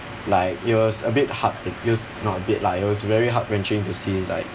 like it was a bit hard to it was not a bit lah it was very heart wrenching to see like